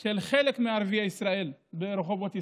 של חלק מערביי ישראל ברחובות ישראל.